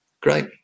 great